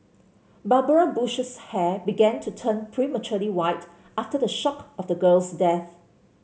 Barbara Bush's hair began to turn prematurely white after the shock of the girl's death